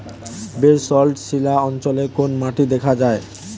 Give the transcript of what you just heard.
Basalt শিলা অঞ্চলে কোন মাটি দেখা যায়?